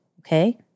okay